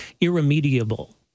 irremediable